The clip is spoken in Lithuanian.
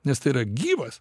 nes tai yra gyvas